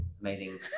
amazing